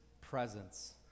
presence